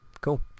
Cool